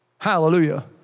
Hallelujah